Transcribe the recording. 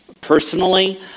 personally